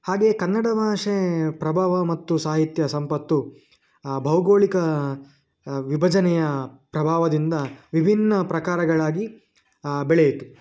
ಹಾಗೇ ಕನ್ನಡ ಭಾಷೆ ಪ್ರಭಾವ ಮತ್ತು ಸಾಹಿತ್ಯ ಸಂಪತ್ತು ಭೌಗೋಳಿಕ ವಿಭಜನೆಯ ಪ್ರಭಾವದಿಂದ ವಿಭಿನ್ನ ಪ್ರಕಾರಗಳಾಗಿ ಬೆಳೆಯಿತು